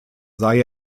sei